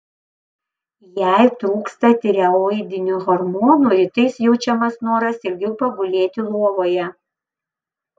jei trūksta tireoidinių hormonų rytais jaučiamas noras ilgiau pagulėti lovoje